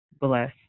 bless